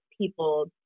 people